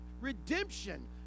redemption